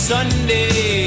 Sunday